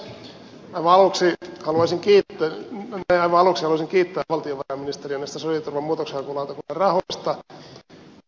aivan aluksi haluaisin tietoja ja valo suosikki että valtio kiittää valtiovarainministeriä näistä sosiaaliturvan muutoksenhakulautakunnan rahoista